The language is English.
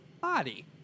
body